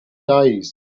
days